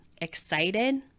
excited